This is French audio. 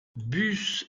bus